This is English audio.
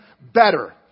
better